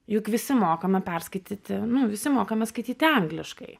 juk visi mokame perskaityti visi mokame skaityti angliškai